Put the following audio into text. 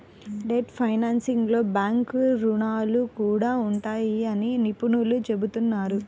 debt ఫైనాన్సింగ్లో bank రుణాలు కూడా ఉంటాయని నిపుణులు చెబుతున్నారు